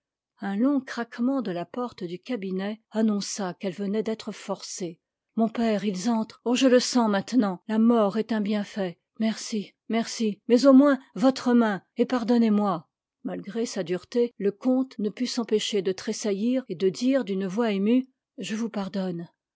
un long craquement de la porte du cabinet annonça qu'elle venait d'être forcée mon père ils entrent oh je le sens maintenant la mort est un bienfait merci merci mais au moins votre main et pardonnez-moi malgré sa dureté le comte ne put s'empêcher de tressaillir et de dire d'une voix émue je vous pardonne